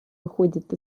выходит